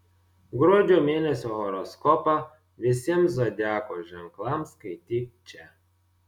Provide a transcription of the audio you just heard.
gruodžio mėnesio horoskopą visiems zodiako ženklams skaityk čia